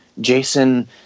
Jason